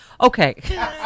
Okay